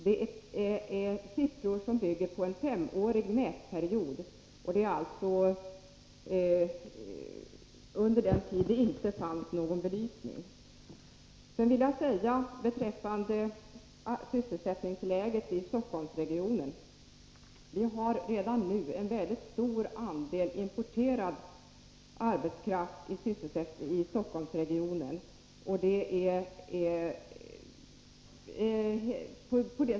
Detta är siffror som bygger på en femårig mätperiod, dvs. under den tid då det inte fanns någon belysning. Beträffande sysselsättningsläget i Stockholmsregionen vill jag säga: Vi har redan nu en mycket stor andel importerad arbetskraft i Stockholmsregionen.